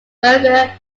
berger